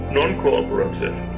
non-cooperative